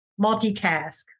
multitask